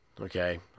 Okay